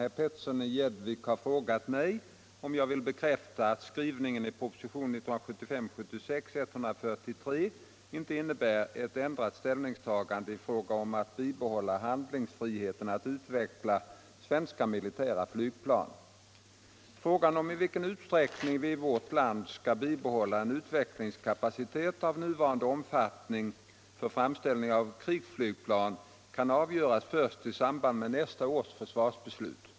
Herr Petersson i Gäddvik har frågat mig, om jag vill bekräfta att skrivningen i proposition 1975/76:143 inte innebär ett ändrat ställningstagande i fråga om att bibehålla handlingsfriheten att utveckla Frågan om i vilken utsträckning vi i vårt land skall bibehålla en utvecklingskapacitet av nuvarande omfattning för framställning av krigsflygplan kan avgöras först i samband med nästa års försvarsbeslut.